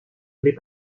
les